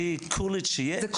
לפני גיוס שסיים את הקורס אצלי: אלי,